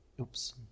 oops